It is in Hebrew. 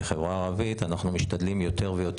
כך שהנושא עדיין על